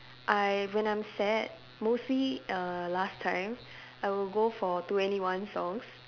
I when I'm sad mostly err last time I would go for two N E one songs